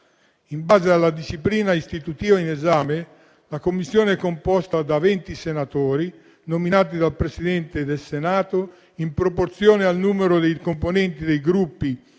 In base alla disciplina istitutiva in esame, la Commissione è composta da venti senatori, nominati dal Presidente del Senato in proporzione al numero dei componenti dei Gruppi